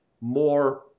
more